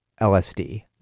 LSD